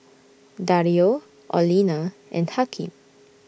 Dario Orlena and Hakeem